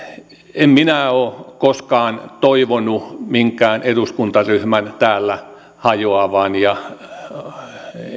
en minä ole koskaan toivonut minkään eduskuntaryhmän täällä hajoavan ja